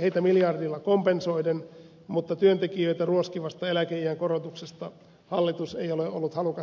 heitä miljardilla kompensoiden mutta työntekijöitä ruoskivasta eläkeiän korotuksesta hallitus ei ole ollut halukas edes keskustelemaan